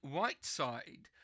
Whiteside